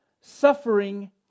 suffering